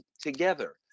together